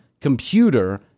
computer